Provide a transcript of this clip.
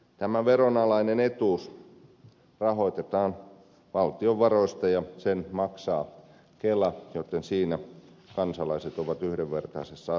tämä veronalainen etuus rahoitetaan valtion varoista ja sen maksaa kela joten siinä kansalaiset ovat yhdenvertaisessa asemassa